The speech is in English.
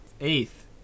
eighth